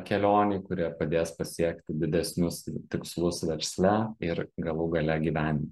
kelionėj kurie padės pasiekti didesnius tikslus versle ir galų gale gyvenime